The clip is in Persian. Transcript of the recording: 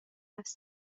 است